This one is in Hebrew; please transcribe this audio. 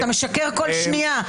אתה משקר בכל שנייה,